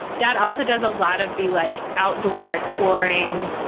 dad also does a lot of the like outdoor exploring,